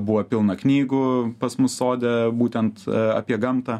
buvo pilna knygų pas mus sode būtent apie gamtą